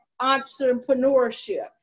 entrepreneurship